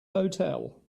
hotel